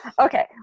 Okay